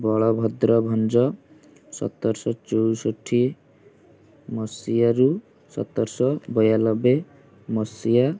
ବଲଭଦ୍ର ଭଞ୍ଜ ସତରଶହ ଚଉଷଠି ମସିହାରୁ ସତରଶହ ବୟାନବେ ମସିହା